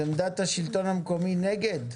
עמדת השלטון המקומי היא נגד?